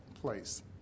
place